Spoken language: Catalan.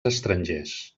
estrangers